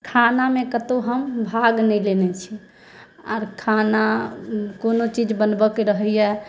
खानामे कतहुँ हम भाग नहि लेने छी आओर खाना कोनो चीज बनबऽके रहैया